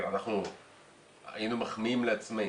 אנחנו היינו מחמיאים לעצמנו,